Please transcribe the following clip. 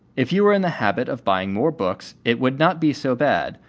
if you were in the habit of buying more books, it would not be so bad,